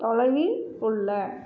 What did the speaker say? தொலைவில் உள்ள